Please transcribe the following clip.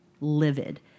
livid